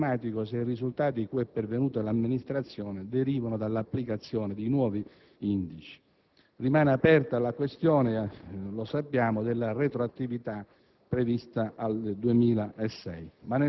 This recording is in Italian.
e che non potrà scattare più l'accertamento automatico se il risultato cui è pervenuta l'amministrazione derivano dall'applicazione di nuovi indici. Rimane aperta la questione - lo sappiamo - della retroattività